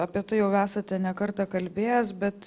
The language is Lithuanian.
apie tai jau esate ne kartą kalbėjęs bet